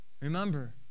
Remember